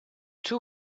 two